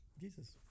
Jesus